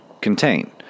contain